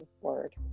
word